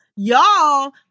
Y'all